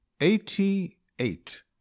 Eighty-eight